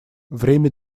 время